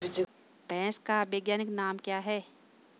भैंस का वैज्ञानिक नाम क्या है?